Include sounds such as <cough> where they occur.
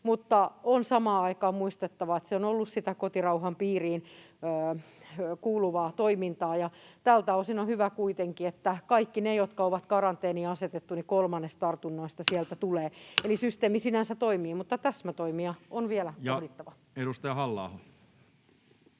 mutta on samaan aikaan muistettava, että se on ollut sitä kotirauhan piiriin kuuluvaa toimintaa. Tältä osin on hyvä kuitenkin, että kolmannes tartunnoista tulee kaikista niistä, jotka on karanteeniin asetettu, <noise> eli systeemi sinänsä toimii, mutta täsmätoimia on vielä pohdittava. Edustaja Halla-aho.